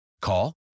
Call